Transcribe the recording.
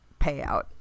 payout